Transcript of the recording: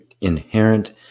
inherent